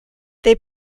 they